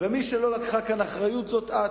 ומי שלא לקחה כאן אחריות זו את,